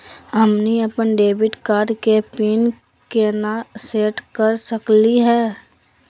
हमनी अपन debit card के पीन केना सेट कर सकली हे?